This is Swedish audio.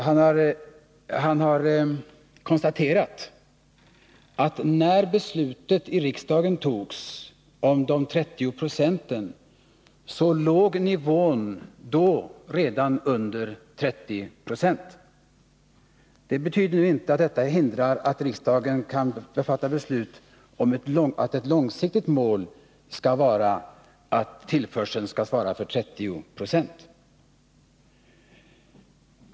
Han har konstaterat att när beslutet i riksdagen fattades om 30 96, så låg nivån redan då under 30 26. Det hindrar emellertid inte att riksdagen kan fatta beslut om att ett långsiktigt mål skall vara att tillförseln skall svara för 30 Po.